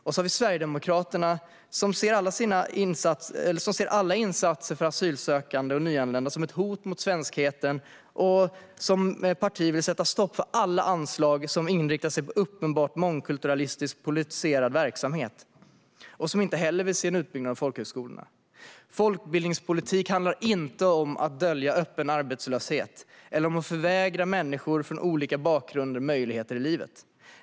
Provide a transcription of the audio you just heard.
Och så har vi Sverigedemokraterna, som ser alla insatser för asylsökande och nyanlända som ett hot mot svenskheten, som vill sätta stopp för alla anslag som inriktar sig på uppenbart mångkulturalistisk och politiserad verksamhet och som inte heller vill se en utbyggnad av folkhögskolorna. Folkbildningspolitik handlar inte om att dölja öppen arbetslöshet eller om att förvägra människor från olika bakgrunder möjligheter i livet.